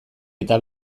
eta